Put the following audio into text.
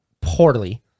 poorly